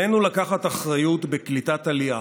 עלינו לקחת אחריות בקליטת עלייה,